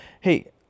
hey